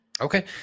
Okay